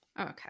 Okay